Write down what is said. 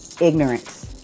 ignorance